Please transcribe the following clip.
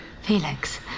Felix